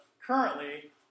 currently